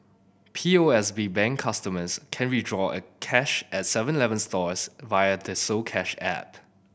P O S B Bank customers can withdraw cash at Seven Eleven stores via the soCash app